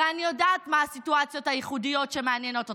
הרי אני יודעת מה הסיטואציות הייחודיות שמעניינות אותך.